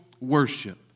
worship